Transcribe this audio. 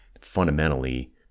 fundamentally